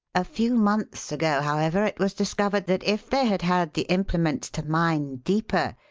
a few months ago, however, it was discovered that if they had had the implements to mine deeper,